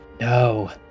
No